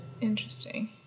Interesting